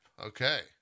okay